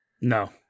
No